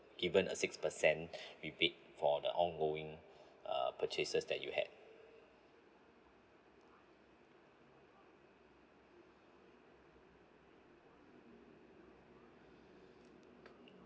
given a six percent rebate for the ongoing uh purchasers that you had